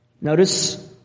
Notice